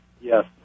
yes